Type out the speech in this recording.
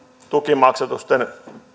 tukimaksatusten